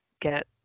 get